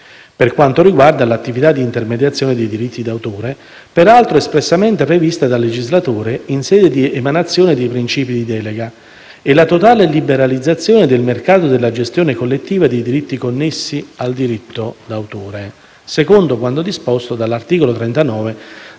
per quanto riguarda l'attività di intermediazione dei diritti di autore, peraltro espressamente prevista dal legislatore in sede di emanazione dei principi di delega, e la totale liberalizzazione del mercato della gestione collettiva dei diritti connessi al diritto d'autore, secondo quanto disposto dall'articolo 39 del